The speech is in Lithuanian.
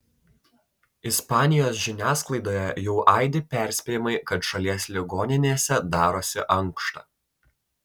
ispanijos žiniasklaidoje jau aidi perspėjimai kad šalies ligoninėse darosi ankšta